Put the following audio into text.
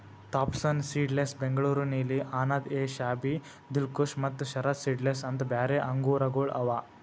Thompson seedless, Bengaluru ನೀಲಿ, ಅನಾಬ್ ಎ ಶಾಹಿ, ದಿಲ್ಖುಷ ಮತ್ತ Sharad seedless ಅಂತ್ ಬ್ಯಾರೆ ಆಂಗೂರಗೊಳ್ ಅವಾ